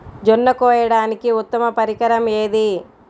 జొన్న కోయడానికి ఉత్తమ పరికరం ఏది?